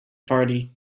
party